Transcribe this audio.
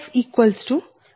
4169j0